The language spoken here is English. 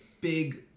big